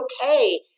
okay